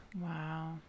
wow